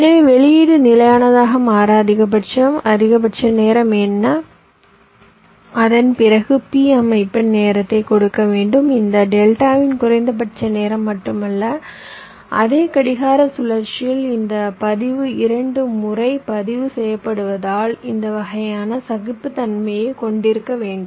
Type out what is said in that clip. எனவே வெளியீடு நிலையானதாக மாற அதிகபட்சம் அதிகபட்ச நேரம் என்ன அதன் பிறகு p அமைப்பின் நேரத்தை கொடுக்க வேண்டும் இந்த டெல்டாவின் குறைந்தபட்ச நேரம் மட்டுமல்ல அதே கடிகார சுழற்சியில் இந்த பதிவு 2 முறை பதிவு செய்யப்படுவதால் இந்த வகையான சகிப்புத்தன்மையை கொண்டிருக்க வேண்டும்